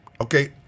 okay